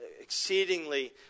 exceedingly